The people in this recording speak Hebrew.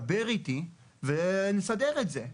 דבר איתי ונסדר את זה".